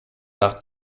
nach